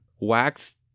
wax